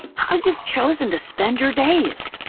how you've chosen to spend your days,